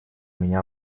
меня